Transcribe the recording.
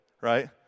right